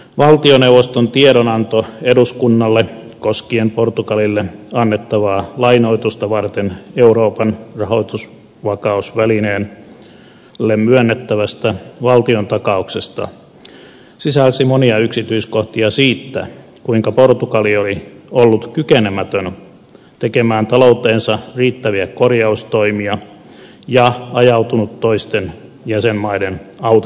valtioneuvoston tiedonanto eduskunnalle portugalille annettavaa lainoitusta varten euroopan rahoitusvakausvälineelle myönnettävästä valtiontakauksesta sisälsi monia yksityiskohtia siitä kuinka portugali oli ollut kykenemätön tekemään talouteensa riittäviä korjaustoimia ja ajautunut toisten jäsenmaiden autettavaksi